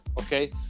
Okay